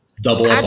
Double